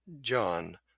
John